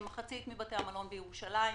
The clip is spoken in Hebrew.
כמחצית מבתי המלון בירושלים,